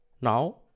now